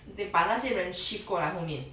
把那些人 shift 过来后面